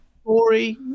story